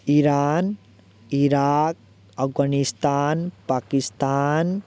Iran Iraq Afghanistan Pakistan